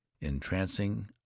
entrancing